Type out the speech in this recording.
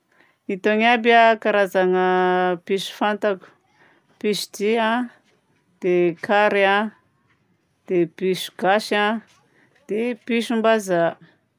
Itony aby a karazagna piso fantako: piso dia, dia kary a, dia piso gasy a dia pisom-bazaha.